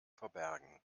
verbergen